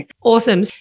Awesome